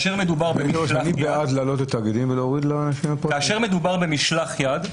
אני בעד להעלות --- כאשר מדובר במשלח יד,